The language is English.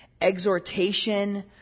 exhortation